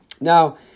Now